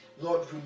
Lord